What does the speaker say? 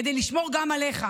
כדי לשמור גם עליך.